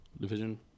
Division